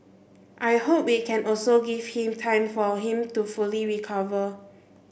I hope we can also give him time for him to fully recover